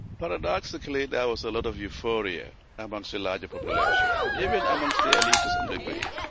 paradoxically there was a lot of euphoria amongst the larger population. even amongst the elite to some degree.